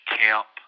camp